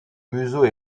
museau